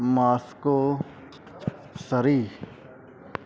Moscow Surrey